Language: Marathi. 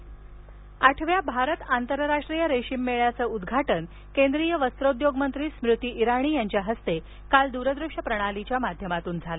रेशीम मेळा आठव्या भारत आंतरराष्ट्रीय रेशीम मेळ्याचं उद्घाटन केंद्रीय वस्त्रोद्योग मंत्री स्मृती इराणी यांच्या हस्ते काल दूरदृश्य प्रणालीच्या माध्यमातून झालं